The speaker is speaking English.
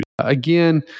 Again